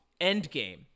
Endgame